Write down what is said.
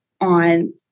on